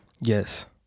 yes